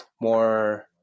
more